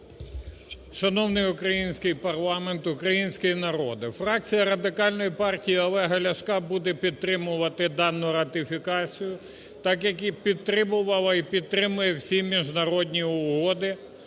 Шановний український парламент, український народе, фракція Радикальної партії Олега Ляшка буде підтримувати дану ратифікацію, так як і підтримувала і підтримує всі міжнародні угоди,